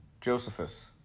Josephus